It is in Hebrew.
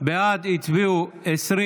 בעד הצביעו 20,